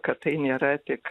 kad tai nėra tik